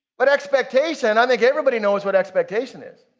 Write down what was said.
but expectation, i think everybody knows what expectation is.